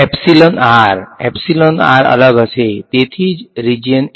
અલગ હશે તેથી જ રીજીયન એક